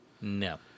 No